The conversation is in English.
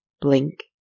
Blink